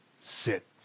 sit